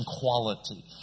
quality